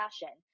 fashion